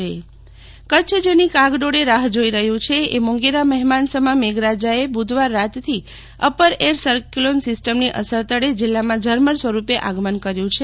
શીતલ વૈશ્નવ હવા માન કચ્છ જેની કાગડોળે રાહ જોઈ રહ્યું છે એ મોંઘેરા મહેમાન સમા મેઘરાજાએ બુધવાર રાતથી અપાર એર સાયકલોન સીઅસ્તમની અસર હેઠળ જીલ્લામાં ઝરમર સ્વરૂપે આગમન કર્યું છે